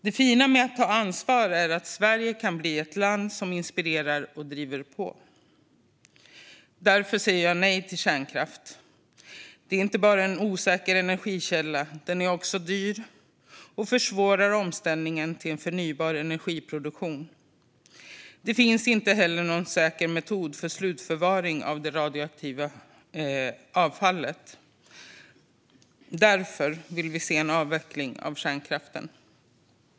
Det fina med att ta ansvar är att Sverige kan bli ett land som inspirerar och driver på. Därför säger jag nej till kärnkraft. Det är inte bara en osäker energikälla. Den är också dyr och försvårar omställningen till en förnybar energiproduktion. Det finns inte heller någon säker metod för slutförvaring av det radioaktiva avfallet. Därför vill vi se en avveckling av kärnkraften.